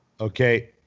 okay